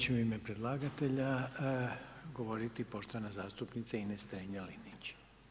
Sada će u ime predlagatelja govoriti poštovana zastupnica Ines Strenja Linić.